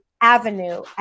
avenue